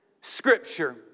Scripture